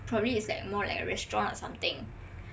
proably is more like a restaurant or something